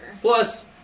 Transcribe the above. plus